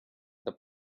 the